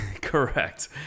Correct